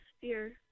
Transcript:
fear